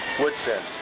Woodson